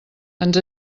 ens